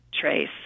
trace